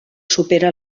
supera